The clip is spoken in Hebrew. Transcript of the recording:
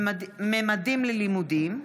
ממדים ללימודים),